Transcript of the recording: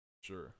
Sure